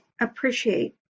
appreciate